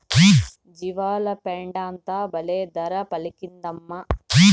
జీవాల పెండంతా బల్లే ధర పలికిందమ్మా